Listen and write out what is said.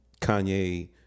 Kanye